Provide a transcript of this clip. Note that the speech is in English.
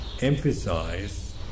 emphasize